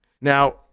Now